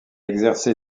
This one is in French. exercé